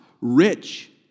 rich